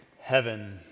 heaven